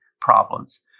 problems